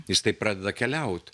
jis taip pradeda keliaut